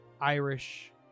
irish